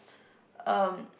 um